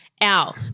out